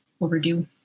overdue